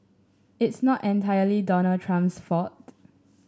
it's not entirely Donald Trump's fault